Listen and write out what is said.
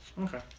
Okay